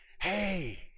hey